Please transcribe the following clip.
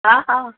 हा हा